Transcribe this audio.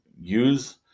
use